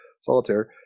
solitaire